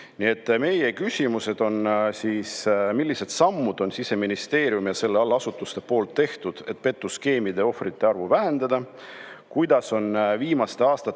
ei tee. Meie küsimused on järgmised. Millised sammud on Siseministeeriumi ja selle allasutuste poolt tehtud, et petuskeemide ohvrite arvu vähendada? Kuidas on viimaste aastatega,